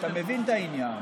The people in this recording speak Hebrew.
אתה מבין את העניין.